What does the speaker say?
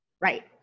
Right